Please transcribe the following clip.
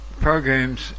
programs